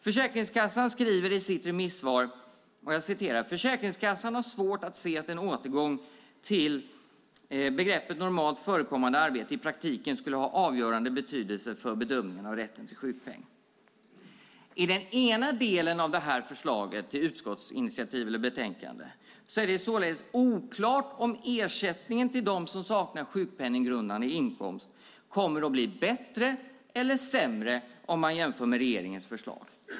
Försäkringskassan skriver i sitt remissvar: "Försäkringskassan har svårt att se att en återgång till begreppet normalt förekommande arbete i praktiken skulle ha avgörande betydelse för bedömningarna av rätten till sjukpenning." I den ena delen av förslaget till utskottsinitiativ eller betänkande är det således oklart om ersättningen till dem som saknar sjukpenninggrundande inkomst kommer att bli bättre eller sämre jämfört med regeringens förslag.